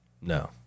No